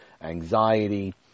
anxiety